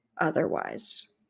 otherwise